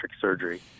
surgery